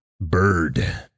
Bird